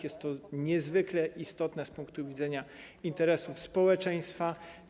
Jest to niezwykle istotne z punktu widzenia interesów społeczeństwa.